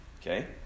Okay